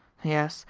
yes,